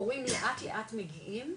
הורים לאט לאט מגיעים,